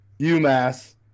UMass